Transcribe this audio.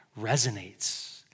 resonates